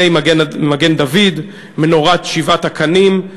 מגן-דוד ומנורת שבעת הקנים,